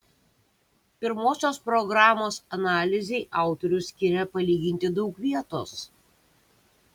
pirmosios programos analizei autorius skiria palyginti daug vietos